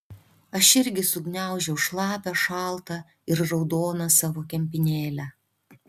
aš irgi sugniaužiau šlapią šaltą ir raudoną savo kempinėlę